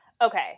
Okay